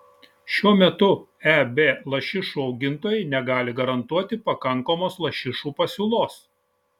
šiuo metu eb lašišų augintojai negali garantuoti pakankamos lašišų pasiūlos